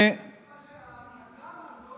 לא אמרתי מה המציאות, אבל,